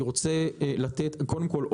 קודם כול,